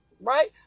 Right